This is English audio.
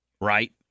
Right